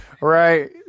Right